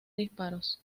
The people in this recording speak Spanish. disparos